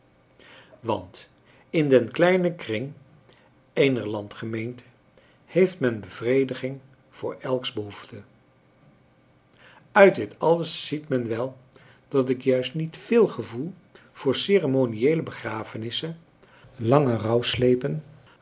want in den kleinen kring eener landgemeente heeft men bevrediging voor elks behoefte uit dit alles ziet men wel dat ik juist niet veel gevoel voor ceremoniëele begrafenissen lange